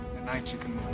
night you can